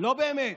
לא באמת.